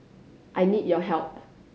I need your help